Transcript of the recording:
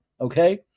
okay